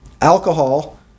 alcohol